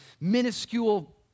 minuscule